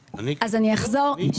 חשוב.